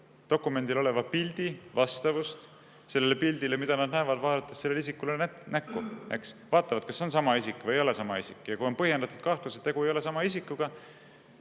dokumendil oleva pildi vastavust sellele pildile, mida nad näevad siis, kui nad vaatavad sellele isikule näkku. Nad vaatavad, kas on sama isik või ei ole sama isik. Ja kui on põhjendatud kahtlus, et tegu ei ole sama isikuga,